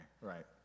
Right